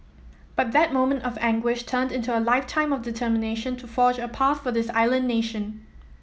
but that moment of anguish turned into a lifetime of determination to forge a path for this island nation